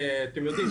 אתם יודעים,